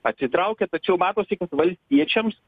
atsitraukė tačiau matosi kad valstiečiams